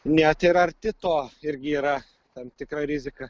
net ir arti to irgi yra tam tikra rizika